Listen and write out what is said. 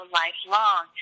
lifelong